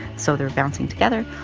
so they're bouncing together,